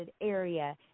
area